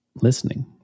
listening